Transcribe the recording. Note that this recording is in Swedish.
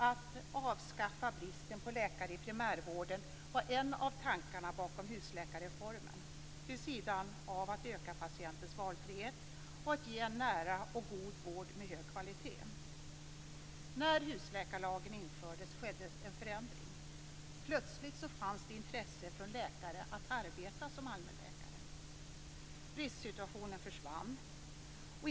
Att avskaffa bristen på läkare i primärvården var en av tankarna bakom husläkarreformen vid sidan av att öka patientens valfrihet och att ge en nära och god vård med hög kvalitet. När husläkarlagen infördes skedde en förändring. Plötsligt fanns det ett intresse bland läkare att arbeta som allmänläkare. Bristsituationen försvann.